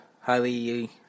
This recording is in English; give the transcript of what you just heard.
highly